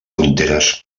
fronteres